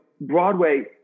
Broadway